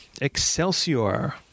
Excelsior